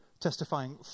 testifying